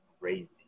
crazy